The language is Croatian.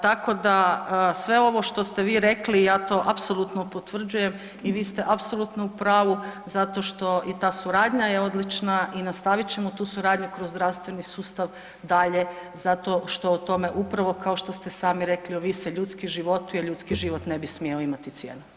Tako da sve ovo što ste vi rekli, ja to apsolutno potvrđujem i vi ste apsolutno u pravu zato što je ta suradnja je odlična i nastavit ćemo tu suradnju kroz zdravstveni sustav dalje zato što o tome upravo kao što ste sami rekli, ovise ljudski životi jer ljudski život ne bi smio imat cijenu.